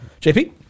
JP